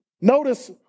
Notice